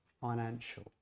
financial